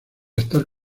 estar